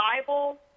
bible